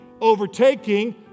overtaking